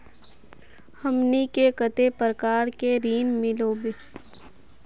हमनी के कते प्रकार के ऋण मीलोब?